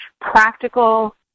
practical